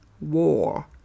war